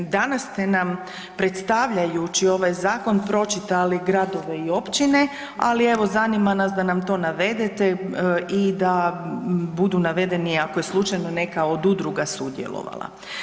Danas ste nam predstavljajući ovaj zakon pročitali gradove i općine, ali evo zanima nas da nam to navedete i da budu navedeni ako je slučajno neka od udruga sudjelovala.